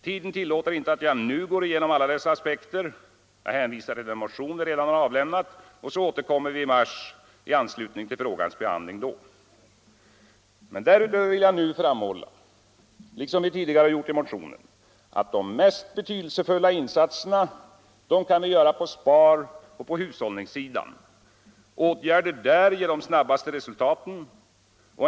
Tiden tillåter inte att jag nu går igenom alla dess aspekter — jag hänvisar till den motion vi redan avlämnat, och så återkommer vi i mars i anslutning till frågans behandling då. Därutöver vill jag nu framhålla — liksom vi gjort i motionen — att de mest betydelsefulla insatserna kan vi göra på sparoch hushållningssidan. Åtgärder där ger de snabbaste resultaten.